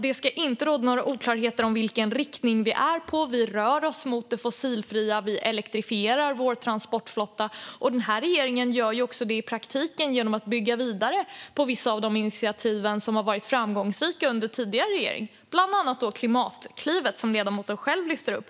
Det ska inte råda några oklarheter om vilken riktning vi har. Vi rör oss mot det fossilfria. Vi elektrifierar vår transportflotta. Den här regeringen gör det också i praktiken genom att bygga vidare på vissa av de initiativ som har varit framgångsrika under tidigare regering. Det gäller bland annat Klimatklivet, som ledamoten själv lyfter upp.